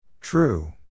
True